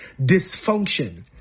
dysfunction